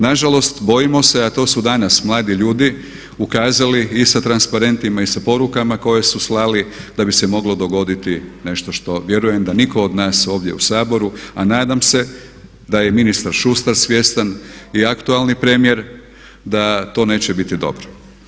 Nažalost bojimo se a to su danas mladi ljudi ukazali i sa transparentima i sa porukama koje su slali da bi se moglo dogoditi nešto što vjerujem da nitko od nas ovdje u Saboru a nadam se da je ministar Šustar svjestan i aktualni premijer da to neće biti dobro.